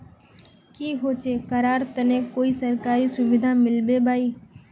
की होचे करार तने कोई सरकारी सुविधा मिलबे बाई?